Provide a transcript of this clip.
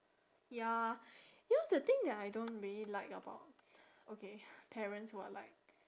ya you know the thing that I don't really like about okay parents who are like